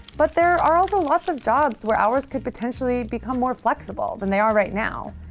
but there are lots of jobs where hours could potentially become more flexible than they are right now.